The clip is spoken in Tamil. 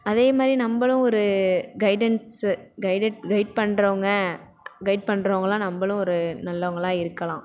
அதேமாதிரி நம்மளும் ஒரு கெய்டன்ஸு கெய்டட் கெய்ட் பண்ணுறவங்க கெய்ட் பண்ணுறவங்களா நம்மளும் ஒரு நல்லவங்களாக இருக்கலாம்